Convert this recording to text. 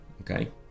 okay